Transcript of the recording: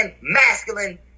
masculine